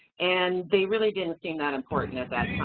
and they really didn't seem that important at that